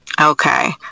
Okay